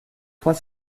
trois